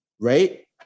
right